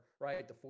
right